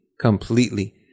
Completely